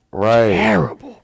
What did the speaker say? terrible